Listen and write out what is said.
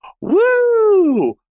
Woo